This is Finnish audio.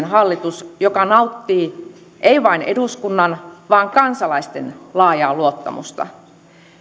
hallitus joka nauttii ei vain eduskunnan vaan kansalaisten laajaa luottamusta